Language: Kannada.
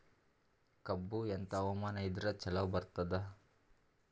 ಕಬ್ಬು ಎಂಥಾ ಹವಾಮಾನ ಇದರ ಚಲೋ ಬರತ್ತಾದ?